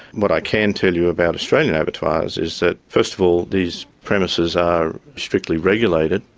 what i can tell you about australian abattoirs is that first of all these premises are strictly regulated,